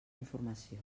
informació